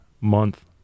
month